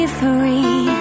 free